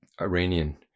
Iranian